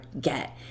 get